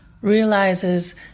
realizes